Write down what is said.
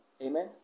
Amen